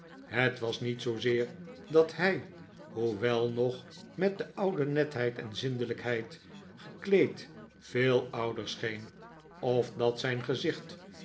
het was niet zoozeer dat hij hoewel nog met de oude netheid en zindelijkheid gekleed veel ouder scheen of dat zijn gezicht